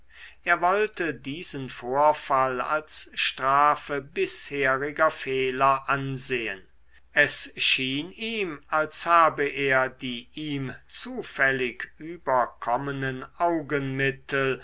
er wollte diesen vorfall als strafe bisheriger fehler ansehen es schien ihm als habe er die ihm zufällig überkommenen